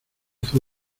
fue